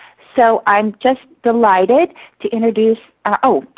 so i'm just delighted to introduce oh!